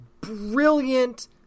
brilliant